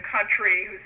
country